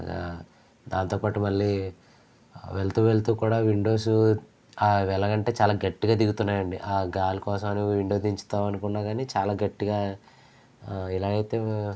దాంతో పాటు మళ్ళీ వెళ్తూ వెళ్తూ కూడా విండోస్ అవి ఎలాగ అంటే చాలా గట్టిగా దిగుతున్నాయండి ఆ గాలి కోసమని విండో దించుదామనుకున్న గాని చాలా గట్టిగా ఇలాగైతే